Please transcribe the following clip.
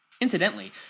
Incidentally